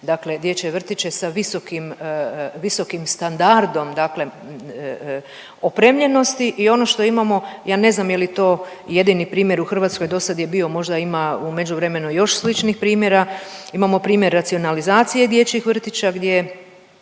dakle dječje vrtiće sa visokim, visokim standardom dakle opremljenosti i ono što imamo, ja ne znam je li to jedini primjer u Hrvatskoj, dosad je bio možda ima u međuvremenu još sličnih primjera. Imamo primjer racionalizacije dječjih vrtića gdje